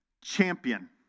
champion